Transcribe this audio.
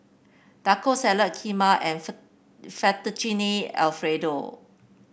Taco Salad Kheema and Fettuccine Alfredo